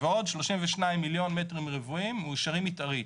ועוד 32 מיליון מ"ר מאושרים מתארית.